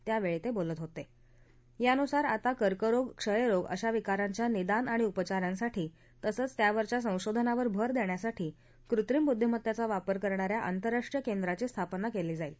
त्यावळी तब्रिलत होत यानुसार आता कर्करोग क्षयरोग अशा विकारांच्या निदान आणि उपचारांसाठी तसंच त्यावरच्या संशोधनावर भर दख्खासाठी कृत्रिम बुद्धीमत्तद्व वापर करणा या आंतरराष्ट्रीय केंद्राची स्थापना कल्ली जाईल